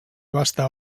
vasta